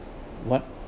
what